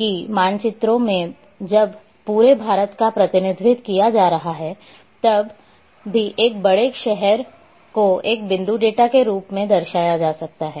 के मानचित्रों में जब पूरे भारत का प्रतिनिधित्व किया जा रहा है तब भी एक बड़े शहर को एक बिंदु डेटा के रूप में दर्शाया जा सकता है